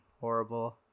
horrible